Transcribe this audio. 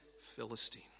Philistine